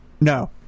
no